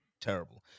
terrible